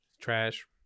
Trash